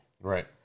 Right